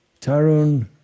Tarun